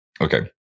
Okay